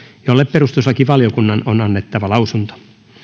jolle perustuslakivaliokunnan on annettava lausunto